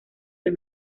del